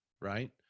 right